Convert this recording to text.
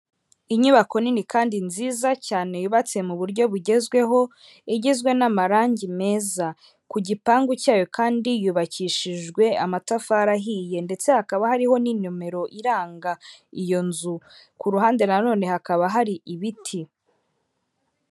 Inyubako nini kandi nziza cyane yubatse mu buryo bugezweho, igizwe n'amarangi meza, ku gipangu cyayo kandi yubakishijwe amatafari ahiye ndetse hakaba hariho n'inomero iranga iyo nzu, ku ruhande nanone hakaba hari ibiti.